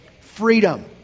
freedom